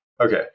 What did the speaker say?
okay